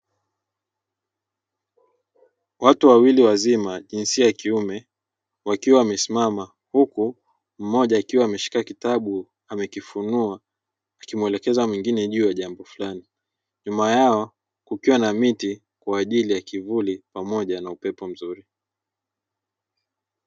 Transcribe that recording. Watu wawili wazima jinsia ya kiume wakiwa wamesimama huku mmoja akiwa ameshika kitabu amekifunua akimwelekeza mwingine juu ya jambo fulani, nyuma yao kukiwa na miti kwa ajili ya kivuli pamoja na upepo mzuri.